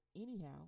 anyhow